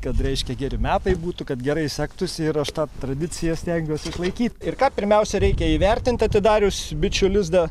kad reiškia geri metai būtų kad gerai sektųsi ir aš tą tradiciją stengiuosi išlaikyt ir ką pirmiausia reikia įvertint atidarius bičių lizdą